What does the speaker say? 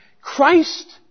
Christ